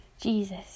Jesus